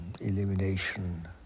Elimination